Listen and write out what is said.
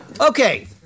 Okay